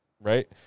right